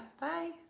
Bye